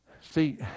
See